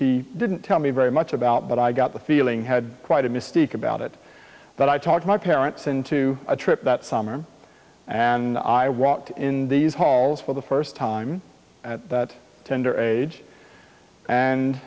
he didn't tell me very much about but i got the feeling had quite a mystique about it that i talked my parents into a trip that summer and i walked in these halls for the first time that tender age and